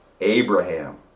Abraham